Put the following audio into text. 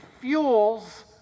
fuels